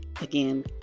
again